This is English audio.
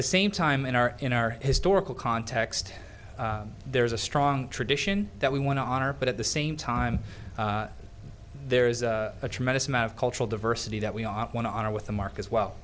the same time in our in our historical context there's a strong tradition that we want to honor but at the same time there is a tremendous amount of cultural diversity that we want to honor with the mark as well